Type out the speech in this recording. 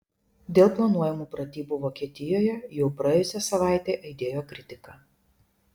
dėl planuojamų pratybų vokietijoje jau praėjusią savaitę aidėjo kritika